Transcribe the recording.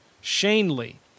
Shanley